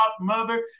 mother